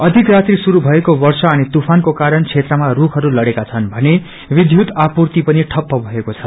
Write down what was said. अषिक रात्रिा श्रुरू भएको वर्षा अनि तुफानको कारण क्षेत्रमा रूखहरू लडेका छनृ मने विध्यूत आपूर्ति पनि ठप्प भएको छ